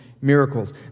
miracles